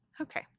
Okay